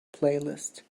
playlist